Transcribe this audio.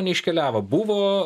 neiškeliavo buvo